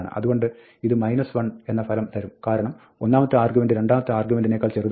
അതുകൊണ്ട് ഇത് 1 എന്ന ഫലം തരും കാരണം ഒന്നാമത്തെ അർഗ്യുമെൻറ് രണ്ടാമത്തെ ആർഗ്യുമെൻറിനേക്കാൾ ചെറുതാണ്